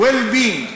well-being.